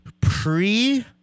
pre